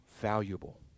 valuable